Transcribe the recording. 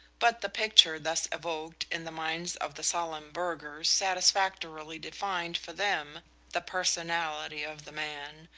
but the picture thus evoked in the minds of the solemn burghers satisfactorily defined for them the personality of the man,